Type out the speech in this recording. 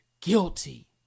guilty